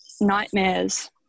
nightmares